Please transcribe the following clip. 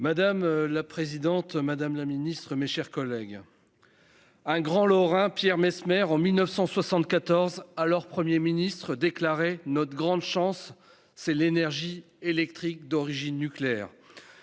Madame la présidente, madame la ministre, mes chers collègues, un grand Lorrain, Pierre Messmer, alors Premier ministre, déclarait en 1974 :« Notre grande chance, c'est l'énergie électrique d'origine nucléaire.